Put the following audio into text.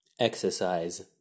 Exercise